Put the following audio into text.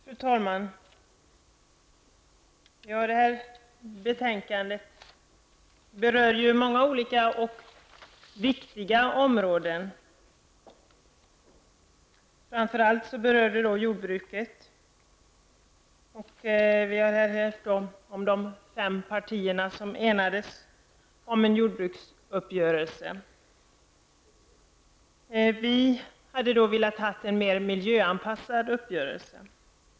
Fru talman! Det här betänkandet berör många viktiga områden. Framför allt berör det jordbruket, och vi har här hört om de fem partierna som enats om en jordbruksuppgörelse. Vi hade velat ha en mer miljöanpassad uppgörelse.